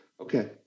Okay